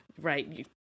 right